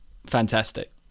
Fantastic